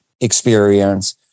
experience